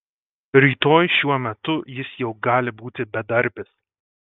rytoj šiuo metu jis jau gali būti bedarbis